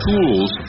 ...tools